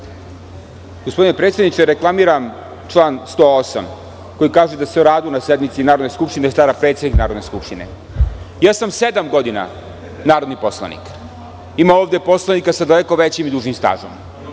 Gospodine predsedniče, reklamiram član 108. koji kaže da se o radu na sednici Narodne skupštine stara predsednik Narodne skupštine. Sedam godina sam narodni poslanik. Ima ovde poslanika sa daleko većim i dužim stažom.